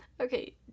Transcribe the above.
Okay